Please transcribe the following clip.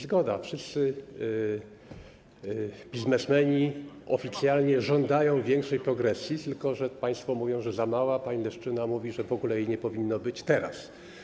Zgoda, wszyscy biznesmeni oficjalnie żądają większej progresji, tylko że państwo mówią, że za mała, pani Leszczyna mówi, że w ogóle jej nie powinno być teraz.